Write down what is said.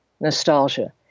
nostalgia